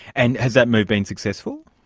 and has that move been successful?